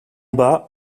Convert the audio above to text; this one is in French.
bas